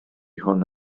hwn